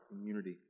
community